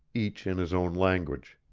each in his own language.